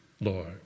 Lord